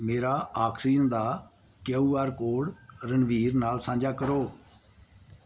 ਮੇਰਾ ਆਕਸੀਜਨ ਦਾ Q R code Ranveer ਨਾਲ ਸਾਂਝਾ ਕਰੋ